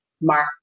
Mark